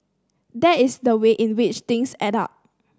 that is the way in which things add up